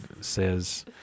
says